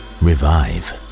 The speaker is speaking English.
revive